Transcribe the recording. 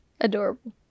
Adorable